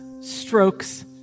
strokes